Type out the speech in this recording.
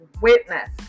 witness